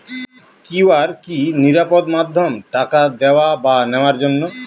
QR কি নিরাপদ মাধ্যম টাকা দেওয়া বা নেওয়ার জন্য?